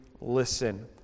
listen